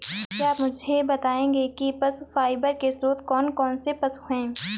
क्या आप मुझे बताएंगे कि पशु फाइबर के स्रोत कौन कौन से पशु हैं?